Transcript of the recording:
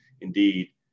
indeed